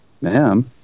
Ma'am